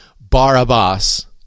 Barabbas